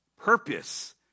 purpose